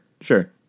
sure